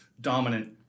dominant